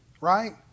right